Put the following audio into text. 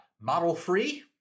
model-free